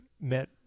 met